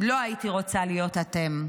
לא הייתי רוצה להיות אתם.